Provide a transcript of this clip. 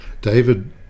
David